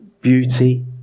beauty